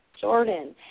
Jordan